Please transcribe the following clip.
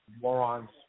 Morons